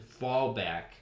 fallback